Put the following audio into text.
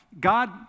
God